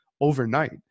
overnight